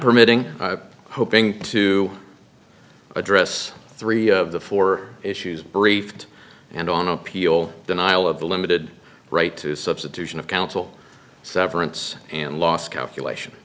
permitting hoping to address three of the four issues briefed and on appeal denial of the limited right to substitution of counsel severance and loss calculation